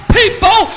people